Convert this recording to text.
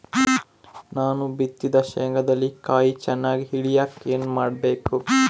ನಾನು ಬಿತ್ತಿದ ಶೇಂಗಾದಲ್ಲಿ ಕಾಯಿ ಚನ್ನಾಗಿ ಇಳಿಯಕ ಏನು ಮಾಡಬೇಕು?